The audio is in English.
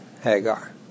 Hagar